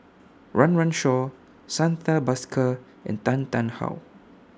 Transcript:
Run Run Shaw Santha Bhaskar and Tan Tarn How